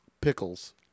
Pickles